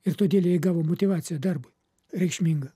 ir todėl jie įgavo motyvaciją darbui reikšmingą